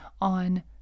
on